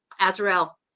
Azrael